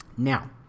Now